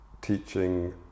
teaching